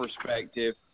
perspective